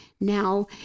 now